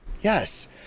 Yes